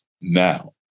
now